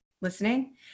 listening